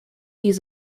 use